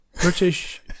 British